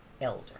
elder